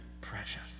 precious